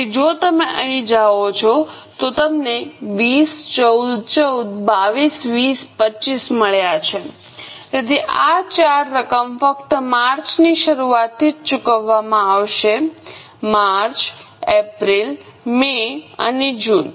તેથી જો તમે અહીં જાઓ છો તો તમને 20 14 14 22 20 25 મળ્યા છે તેથી આ ચાર રકમ ફક્ત માર્ચની શરૂઆતથી જ ચૂકવવામાં આવશે માર્ચ એપ્રિલ મે અને જૂન